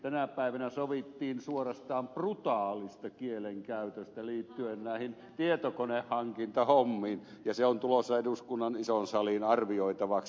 tänä päivänä sovittiin suorastaan brutaalista kielenkäytöstä liittyen näihin tietokonehankintahommiin ja se on tulossa eduskunnan isoon saliin arvioitavaksi